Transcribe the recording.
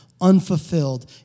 unfulfilled